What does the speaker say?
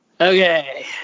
Okay